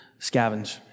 scavenge